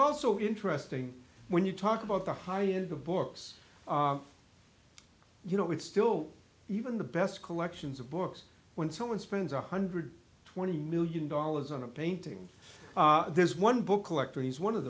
also interesting when you talk about the high end of books you know it's still even the best collections of books when someone spends one hundred twenty million dollars on a painting there's one book collector he's one of